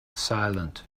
silent